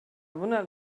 wundert